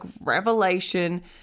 revelation